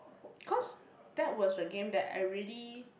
cause that was the game that I really